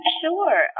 Sure